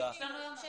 יש לנו ביום שני.